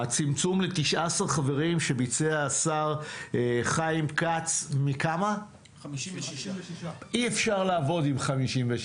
הצמצום ל-19 חברים שביצע השר חיים כץ מ-56 אי אפשר לעבוד עם 56